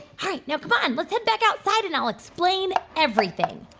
right. now come on. let's get back outside, and i'll explain everything.